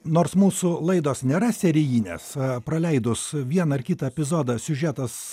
nors mūsų laidos nėra serijinės praleidus vieną ar kitą epizodą siužetas